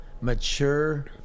mature